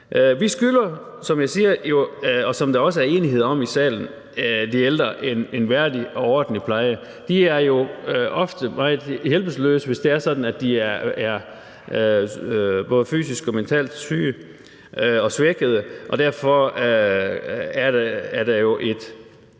og hvilket der også er enighed om i salen, de ældre en værdig og ordentlig pleje. De er jo ofte meget hjælpeløse, hvis det er sådan, at de er både fysisk og mentalt syge og svækkede. Og derfor er der jo et